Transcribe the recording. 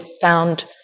found